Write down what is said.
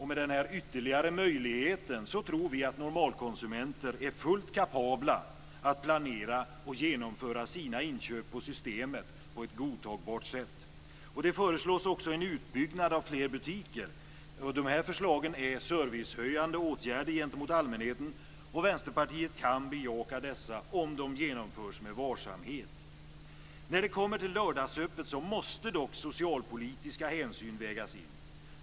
Med denna ytterligare möjlighet tror vi att normalkonsumenterna är fullt kapabla att planera och genomföra sina inköp på Systemet på ett godtagbart sätt. Det föreslås också en utbyggnad av fler butiker. Dessa förslag är servicehöjande åtgärder gentemot allmänheten, och Vänsterpartiet kan bejaka dem om de genomförs med varsamhet. När det kommer till lördagsöppet måste dock socialpolitiska hänsyn vägas in.